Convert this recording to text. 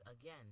again